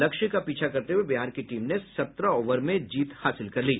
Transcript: लक्ष्य का पीछा करते हुये बिहार की टीम ने सत्रह ओवर में जीत हासिल कर ली